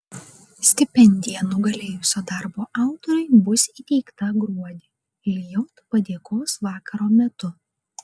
stipendija nugalėjusio darbo autoriui bus įteikta gruodį lijot padėkos vakaro metu